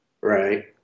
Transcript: right